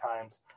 times